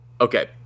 Okay